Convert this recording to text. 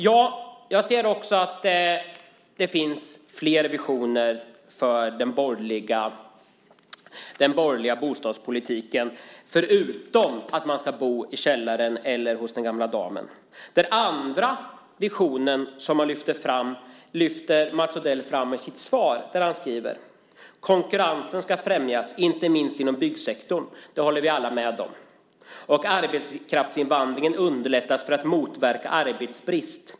Ja, jag ser också att det finns flera visioner i den borgerliga bostadspolitiken än bara att man ska bo i källaren eller hos den gamla damen. Den andra visionen framhävs av Mats Odell i svaret där han säger: "Konkurrens ska främjas, inte minst inom byggsektorn." Det håller vi alla med om. "Arbetskraftsinvandring underlättas för att motverka arbetskraftsbrist.